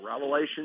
Revelation